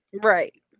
Right